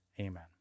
Amen